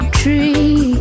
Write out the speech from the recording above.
tree